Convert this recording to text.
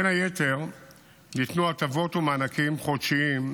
בין היתר ניתנו הטבות ומענקים חודשיים,